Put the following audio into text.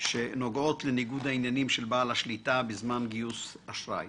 שנוגעות לניגוד העניינים של בעל השליטה בזמן גיוס אשראי.